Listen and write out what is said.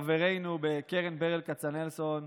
חברינו בקרן ברל כצנלסון,